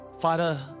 Father